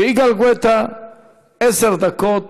ויגאל גואטה, עשר דקות,